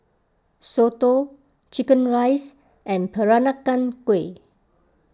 Soto Chicken Rice and Peranakan Kueh